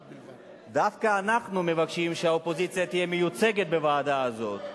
דווקא אנחנו מבקשים שהאופוזיציה תהיה מיוצגת בוועדה הזאת.